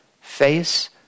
Face